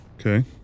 Okay